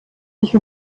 sich